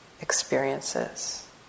experiences